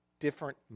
different